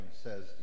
says